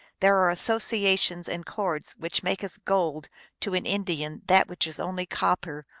there are associations and chords which make as gold to an indian that which is only copper,